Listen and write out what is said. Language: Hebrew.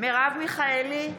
מרב מיכאלי,